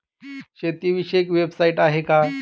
शेतीविषयक वेबसाइट आहे का?